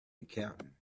accounting